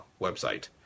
website